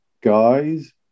guys